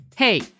Hey